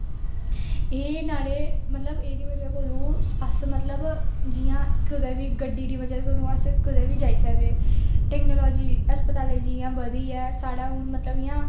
एह् न्हाड़े मतलब एहदी बजह कोला अस मतलब जियां कुते बी गड्डी दी बजह कोला अस कुदे बी जाई सकने आं टेक्नोलाॅजी हस्पताले दी इयां बधी ऐ साढ़ा हून मतलब इयां